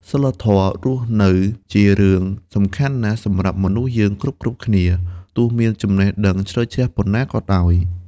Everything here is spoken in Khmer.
សីលធម៌រស់នៅជារឿង សំខាន់ណាស់សម្រាប់មនុស្សយើងគ្រប់ៗគ្នា ទោះមានចំណេះដឹងជ្រៅជ្រះប៉ុណ្ណាក៏ដោយ។